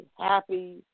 happy